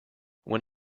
when